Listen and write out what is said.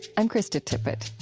i'm krista tippett.